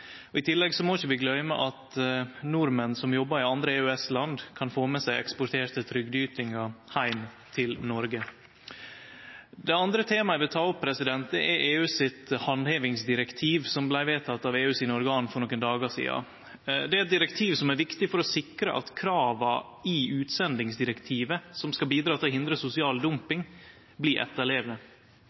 og i tillegg må vi ikkje gløyme at nordmenn som jobbar i andre EØS-land, kan få med seg eksporterte trygdeytingar heim til Noreg. Det andre temaet eg vil ta opp, er EUs handhevingsdirektiv, som vart vedteke av EU sine organ for nokre dagar sidan. Det er eit direktiv som er viktig for å sikre at krava i utsendingsdirektivet, som skal bidra til å hindre sosial dumping, blir etterlevde.